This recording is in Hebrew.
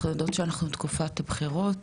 אנחנו יודעות שאנחנו בתקופת הבחירות,